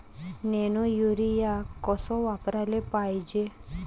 Nano urea कस वापराले पायजे?